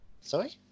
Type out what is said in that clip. sorry